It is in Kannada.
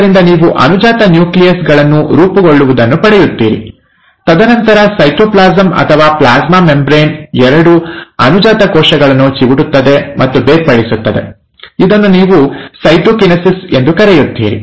ಆದ್ದರಿಂದ ನೀವು ಅನುಜಾತ ನ್ಯೂಕ್ಲಿಯಸ್ ಗಳನ್ನು ರೂಪಗೊಳ್ಳುವುದನ್ನು ಪಡೆಯುತ್ತೀರಿ ತದನಂತರ ಸೈಟೋಪ್ಲಾಸಂ ಅಥವಾ ಪ್ಲಾಸ್ಮಾ ಮೆಂಬರೇನ್ ಎರಡು ಅನುಜಾತ ಕೋಶಗಳನ್ನು ಚಿವುಟುತ್ತದೆ ಮತ್ತು ಬೇರ್ಪಡಿಸುತ್ತದೆ ಇದನ್ನು ನೀವು ಸೈಟೊಕಿನೆಸಿಸ್ ಎಂದು ಕರೆಯುತ್ತೀರಿ